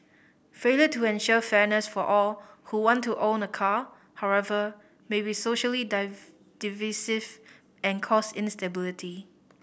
failure to ensure fairness for all who want to own a car however may be socially divisive and cause instability